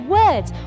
words